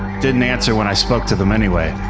didn't answer when i spoke to them, anyway.